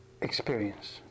experience